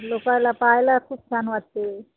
लोकाला पहायला खूप छान वाटते